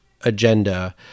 agenda